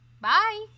Bye